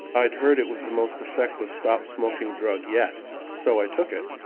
i'd heard it was the most effective stop smoking drug yet so i took it,